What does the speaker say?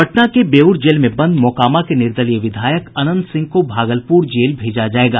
पटना के बेऊर जेल में बंद मोकामा के निर्दलीय विधायक अनंत सिंह को भागलपुर जेल भेजा जायेगा